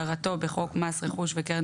של העברת זכויות אגב גירושין ממס שבח,